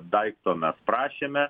daikto mes prašėme